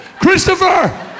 Christopher